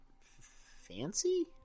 fancy